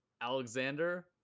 Alexander